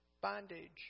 Bondage